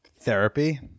Therapy